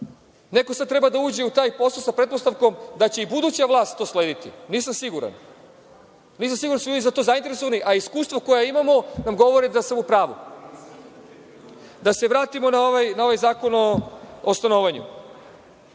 Neko sad treba da uđe u taj posao sa pretpostavkom da će i buduća vlast to slediti. Nisam siguran. Nisam siguran da su oni za to zainteresovani, a iskustva koja imamo nam govore da sam u pravu. Da se vratimo na ovaj zakon o stanovanju.